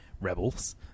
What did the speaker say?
Rebels